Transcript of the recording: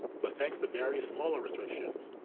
but thanks to various smaller restrictions,